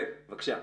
בבקשה.